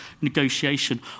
negotiation